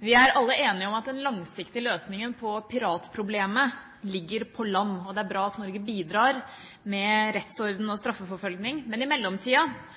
Vi er alle enige om at den langsiktige løsningen på piratproblemet ligger på land, og det er bra at Norge bidrar med rettsorden og straffeforfølging. Men i mellomtida